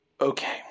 Okay